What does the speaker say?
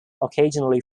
occasionally